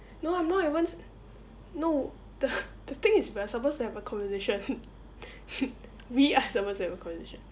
no I'm not even no the the thing is we are supposed to have a conversation we are supposed to have a conversation